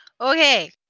Okay